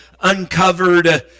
uncovered